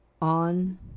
On